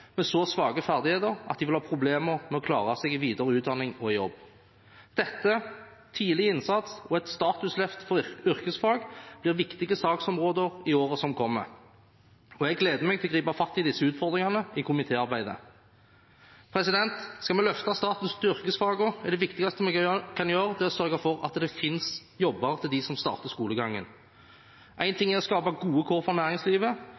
med så svake ferdigheter at de vil ha problemer med å klare seg i videre utdanning og i jobb. Dette, tidlig innsats og et statusløft for yrkesfag blir viktige saksområder i året som kommer, og jeg gleder meg til å gripe fatt i disse utfordringene i komitéarbeidet. Skal vi løfte statusen til yrkesfagene, er det viktigste vi kan gjøre, å sørge for at det finnes jobber til dem som starter skolegangen. Én ting er å skape gode kår for næringslivet,